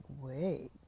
wait